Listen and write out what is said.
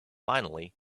finally